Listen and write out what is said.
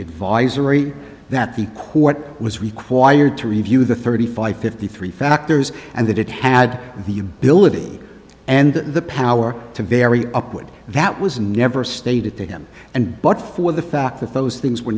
advisory that the quote was required to review the thirty five fifty three factors and that it had the ability and the power to vary upward that was never stated to him and but for the fact that those things were